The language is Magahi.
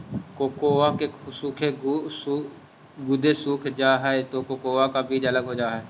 कोकोआ के गुदे सूख जा हई तब कोकोआ का बीज अलग हो जा हई